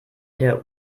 der